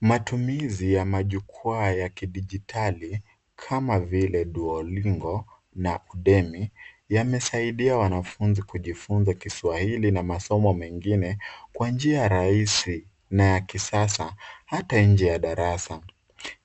Matumizi ya majukwaa ya kidijitali kama vile Duolingo na Demi yamesaidia wanafunzi kujifunza kiswahili na masomo mengine kwa njia rahisi na ya kisasa hata nje ya darasa.